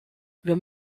wir